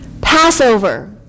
Passover